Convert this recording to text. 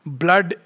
blood